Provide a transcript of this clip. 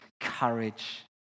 courage